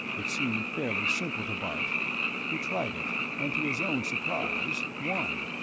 it seemed fairly simple to bart he tried it, and to his own surprise, won.